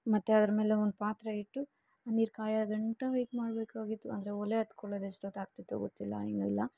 ಮತ್ತು ಅದ್ರ ಮೇಲೆ ಒಂದು ಪಾತ್ರೆ ಇಟ್ಟು ನೀರು ಕಾಯೋಗಂಟ ವೆಯ್ಟ್ ಮಾಡಬೇಕಾಗಿತ್ತು ಅಂದರೆ ಒಲೆ ಹತ್ಕೊಳ್ಳೋದ್ ಎಷ್ಟೊತ್ತಾಗ್ತಿತ್ತೋ ಗೊತ್ತಿಲ್ಲ ಏನಿಲ್ಲ